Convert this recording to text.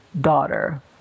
daughter